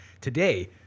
Today